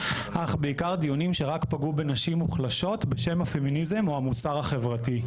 אך בעיקר דיונים שרק פגעו בנשים מוחלשות בשם הפמיניזם או המוסר החברתי.